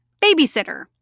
babysitter